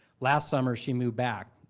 last summer, she moved back,